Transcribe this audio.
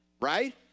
Right